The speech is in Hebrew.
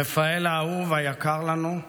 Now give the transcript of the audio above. רפאל האהוב והיקר לנו,